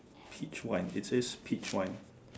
peach wine it says peach wine